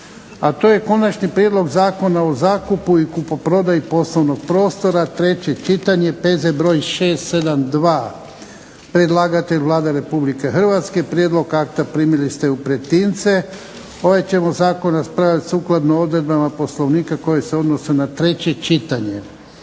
A to je - Konačni prijedlog Zakona o zakupu i kupoprodaji poslovnog prostora, treće čitanje, P.Z. br. 672 Predlagatelje Vlada Republike Hrvatske. Prijedlog akta primili ste u pretince. Ovaj ćemo zakon raspravljati sukladno odredbama Poslovnika koje se odnose na treće čitanje.